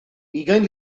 ugain